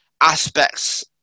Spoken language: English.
aspects